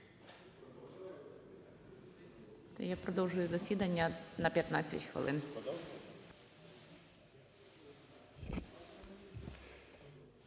Я продовжую засідання на 15 хвилин.